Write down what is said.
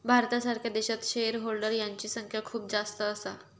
भारतासारख्या देशात share holder यांची संख्या खूप जास्त असा